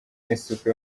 n’isuku